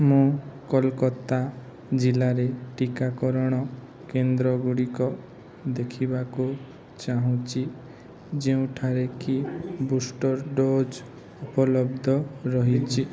ମୁଁ କୋଲକାତା ଜିଲ୍ଲାରେ ଟିକାକରଣ କେନ୍ଦ୍ରଗୁଡ଼ିକ ଦେଖିବାକୁ ଚାହୁଁଛି ଯେଉଁଠାରେ କି ବୁଷ୍ଟର୍ ଡୋଜ୍ ଉପଲବ୍ଧ ରହିଛି